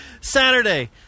Saturday